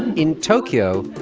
in tokyo,